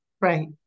Right